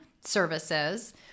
services